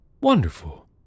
Wonderful